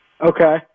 Okay